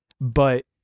But-